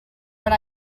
when